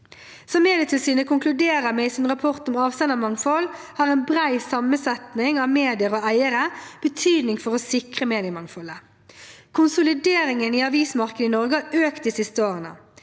Som Medietilsynet konkluderer med i sin rapport om avsendermangfold, har en bred sammensetning av medier og eiere betydning for å sikre mediemangfoldet. Konsolideringen i avismarkedet i Norge har økt de siste årene.